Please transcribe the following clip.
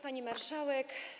Pani Marszałek!